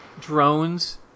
drones